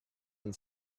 and